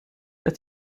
dass